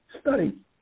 study